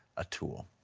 a tool.